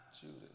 Judas